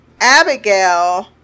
Abigail